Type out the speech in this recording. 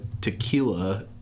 tequila